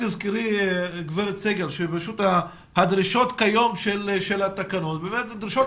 תזכרי שהדרישות של התקנות כיום הן דרישות